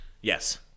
Yes